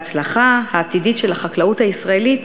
ההצלחה העתידית של החקלאות הישראלית